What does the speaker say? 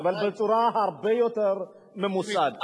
אבל בצורה הרבה יותר ממוסדת.